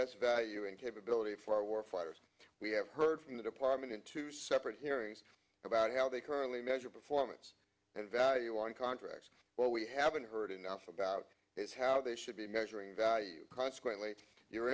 best value and capability for our fires we have heard from the department in two separate hearings about how they currently measure performance and value on contracts what we haven't heard enough about is how they should be measuring value consequently your